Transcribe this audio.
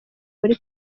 muri